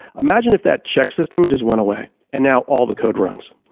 imagine if that check system just went away and now all the code runs,